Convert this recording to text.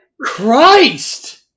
Christ